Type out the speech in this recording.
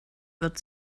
wird